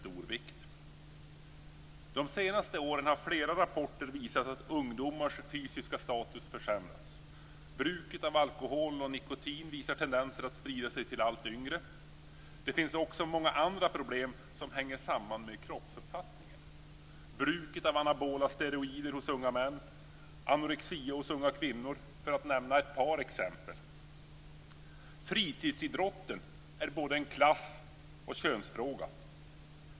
Under de senaste åren har flera rapporter visat att ungdomars fysiska status försämrats. Bruket av alkohol och nikotin visar tendenser att sprida sig till allt yngre. Det finns också många andra problem som hänger samman med kroppsuppfattningen: bruket av anabola steroider hos unga män, anorexia hos unga kvinnor - för att nämna ett par exempel. Fritidsidrotten är både en klassfråga och en könsfråga.